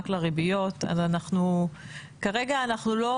רק לריביות, אז כרגע אנחנו לא